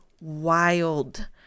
wild